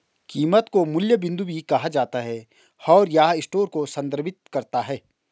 कीमत को मूल्य बिंदु भी कहा जाता है, और यह स्टोर को संदर्भित करता है